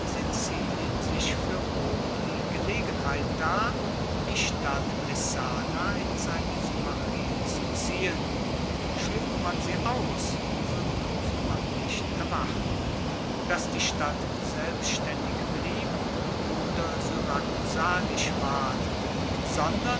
sizilien sich fuer rom die gelegenheit dar die stadt messana in seine symmachie zu ziehen schlug man sie aus so durfte man nicht erwarten dass die stadt selbstaendig blieb oder syrakusanisch ward sondern